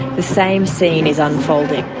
the same scene is unfolding.